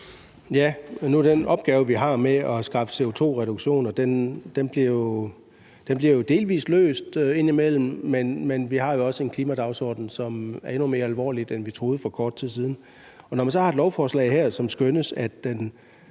den opgave, vi har med at skaffe CO2-reduktioner, jo delvis løst indimellem, men vi har også en klimadagsorden, som er endnu mere alvorlig, end vi troede for kort tid siden. Og når man så har et lovforslag her, hvor det skønnes, at den